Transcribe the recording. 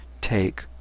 take